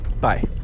Bye